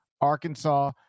Arkansas-